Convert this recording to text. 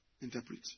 interpret